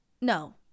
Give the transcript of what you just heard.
No